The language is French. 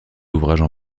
ouvrages